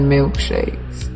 Milkshakes